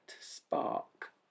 spark